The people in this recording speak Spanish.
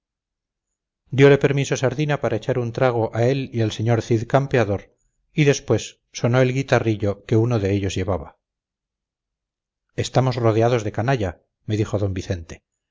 latina diole permiso sardina para echar un trago a él y al sr cid campeador y después sonó el guitarrillo que uno de ellos llevaba estamos rodeados de canalla me dijo don vicente